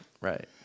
right